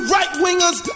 right-wingers